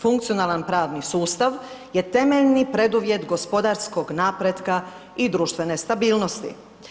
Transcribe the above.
Funkcionalan pravni sustav je temeljni preduvjet gospodarskog napretka i društvene stabilnosti.